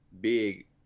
big